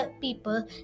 people